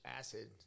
acid –